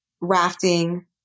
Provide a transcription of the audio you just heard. rafting